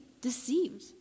deceived